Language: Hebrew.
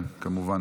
כן, כמובן.